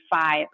five